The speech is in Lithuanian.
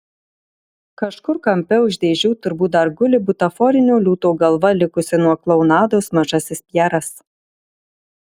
kažkur kampe už dėžių turbūt dar guli butaforinio liūto galva likusi nuo klounados mažasis pjeras